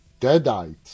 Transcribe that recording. deadites